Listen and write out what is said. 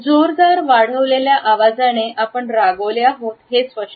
जोरदार वाढवलेल्या आवाजाने आपण रागवलेले आहात हे स्पष्ट होते